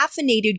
caffeinated